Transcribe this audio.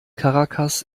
caracas